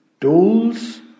Tools